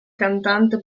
cantante